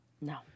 No